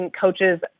coaches